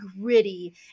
gritty